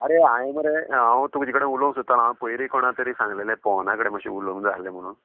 आरे हांवें मरे हांव तुजे कडेन उलोवंक सोदतालों हांव पयलीं कोणा तरी सांगलेलें पवना कडेन मातशें उलोवंक जाय आल्हें म्हणून